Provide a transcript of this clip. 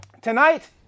Tonight